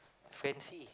Francis